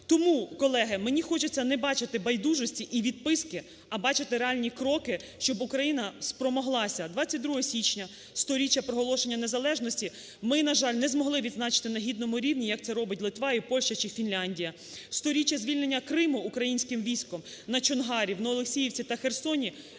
Тому, колеги, мені хочеться не бачити байдужості і відписки, а бачити реальні кроки, щоб Україна спромоглася… 22 січня 100-річчя проголошення незалежності ми, на жаль, не змогли відзначити на гідному рівні, як це робить Литва і Польща чи Фінляндія. 100-річчя звільнення Криму українським військом на Чонгарі, в Новоолексіївці та Херсоні